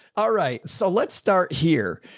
ah right, so let's start here.